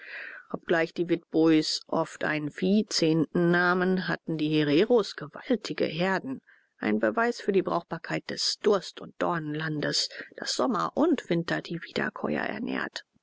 obgleich die witbois oft einen viehzehnten nahmen hatten die hereros gewaltige herden ein beweis für die brauchbarkeit des durst und dornenlandes das sommer und winter die wiederkäuer ernährt